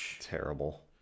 Terrible